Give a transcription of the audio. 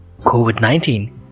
COVID-19